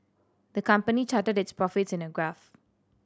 the company charted its profits in a graph